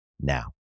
now